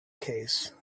case